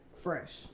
Fresh